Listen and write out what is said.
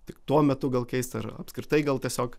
tik tuo metu gal keist ar apskritai gal tiesiog